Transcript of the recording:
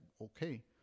okay